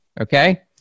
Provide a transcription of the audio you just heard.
Okay